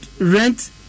rent